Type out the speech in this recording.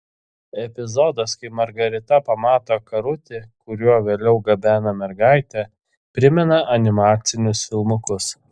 epizodas kai margarita pamato karutį kuriuo vėliau gabena mergaitę primena animacinius filmukus